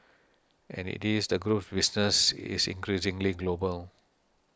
as it is the group's business is increasingly global